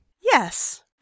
Yes